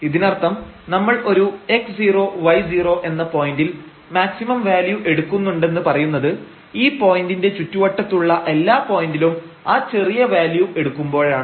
ഇതിനർത്ഥം നമ്മൾ ഒരു x0 y0 എന്ന പോയന്റിൽ മാക്സിമം വാല്യൂ എടുക്കുന്നുണ്ടെന്ന് പറയുന്നത് ഈ പോയന്റിന്റെ ചുറ്റുവട്ടത്തുള്ള എല്ലാ പോയന്റിലും ആ ചെറിയ വാല്യൂ എടുക്കുമ്പോഴാണ്